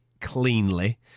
cleanly